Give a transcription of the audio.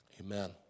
amen